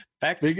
Back